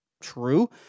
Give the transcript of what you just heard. True